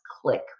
click